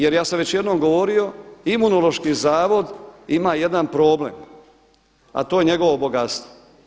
Jer ja sam već jednom govorio, Imunološki zavod ima jedan problem, a to je njegovo bogatstvo.